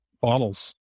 bottles